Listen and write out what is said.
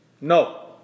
No